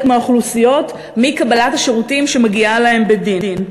מהאוכלוסיות מקבלת השירותים שמגיעה להן בדין.